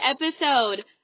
episode